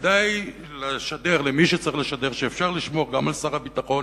כדאי לשדר למי שצריך לשדר שאפשר לשמור גם על שר הביטחון,